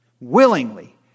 willingly